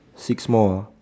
six more